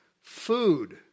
food